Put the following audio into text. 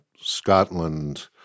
Scotland